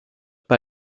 pas